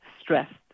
Stressed